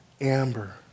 Amber